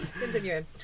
continuing